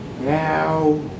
now